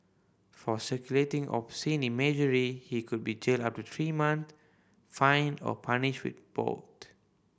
for circulating obscene imagery he could be jailed up to three months fined or punished with both